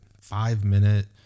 five-minute